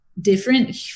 different